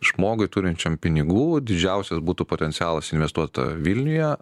žmogui turinčiam pinigų didžiausias būtų potencialas investuot vilniuje